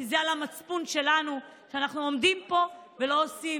כי זה על המצפון שלנו שאנחנו עומדים פה ולא עושים